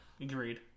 Agreed